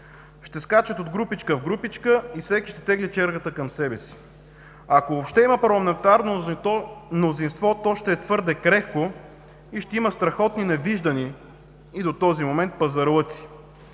Ще скачат от група в група и всеки ще тегли чергата към себе си. Ако въобще има парламентарно мнозинство, то ще е твърде крехко и ще има страхотни, невиждани до този момент пазарлъци